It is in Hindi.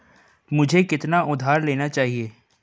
मुझे कितना उधार लेना चाहिए?